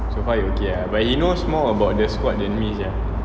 so far he okay lah but he knows more about the squad than me sia